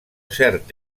cert